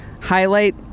highlight